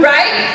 Right